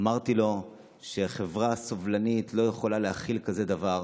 אמרתי לו שחברה סובלנית לא יכולה להכיל כזה דבר,